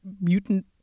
mutant